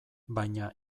baina